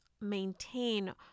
maintain